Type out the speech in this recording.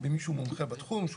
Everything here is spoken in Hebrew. במישהו מומחה בתחום.